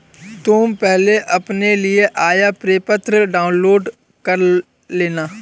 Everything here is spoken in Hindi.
तुम पहले अपने लिए आयकर प्रपत्र डाउनलोड कर लेना